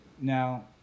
Now